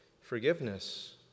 Forgiveness